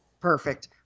Perfect